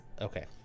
Okay